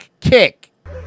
kick